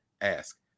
ask